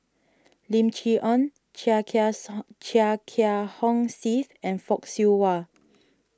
Lim Chee Onn Chia Kiah song Chia Kiah Hong Steve and Fock Siew Wah